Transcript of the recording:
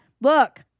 Look